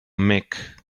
mick